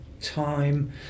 time